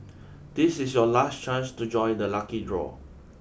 this is your last chance to join the lucky draw